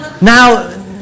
Now